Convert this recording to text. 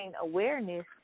awareness